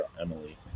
Emily